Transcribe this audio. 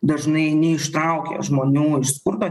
dažnai neištraukia žmonių iš skurdo